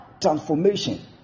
transformation